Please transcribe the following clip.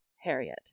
Harriet